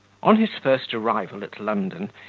on his first arrival at london,